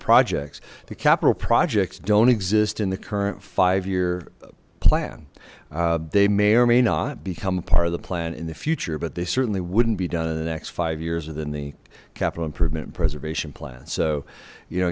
projects the capital projects don't exist in the current five year plan they may or may not become a part of the plan in the future but they certainly wouldn't be done in the next five years within the capital improvement and preservation plan so you know